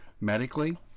medically